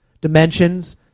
dimensions